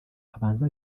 abanza